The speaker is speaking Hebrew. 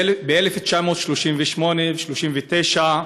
ב-1938 ו-1939,